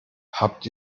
habt